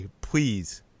please